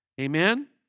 Amen